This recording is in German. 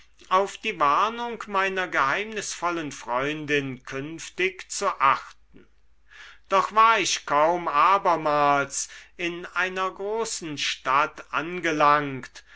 auf die warnung meiner geheimnisvollen freundin künftig zu achten doch war ich kaum abermals in einer großen stadt angelangt